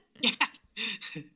Yes